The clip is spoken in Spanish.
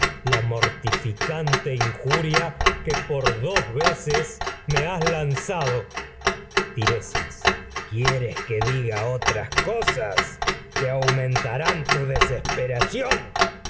lan mortificante injuria que por dos veces me has zado tiresias quieres tarán tu que diga otras cosas que aumen desesperación